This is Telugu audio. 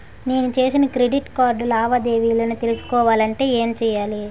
నేను చేసిన క్రెడిట్ కార్డ్ లావాదేవీలను తెలుసుకోవాలంటే ఏం చేయాలి?